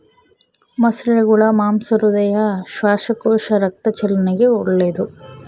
ಮೊಸಳೆಗುಳ ಮಾಂಸ ಹೃದಯ, ಶ್ವಾಸಕೋಶ, ರಕ್ತ ಚಲನೆಗೆ ಒಳ್ಳೆದು